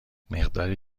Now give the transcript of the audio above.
مقداری